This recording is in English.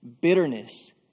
Bitterness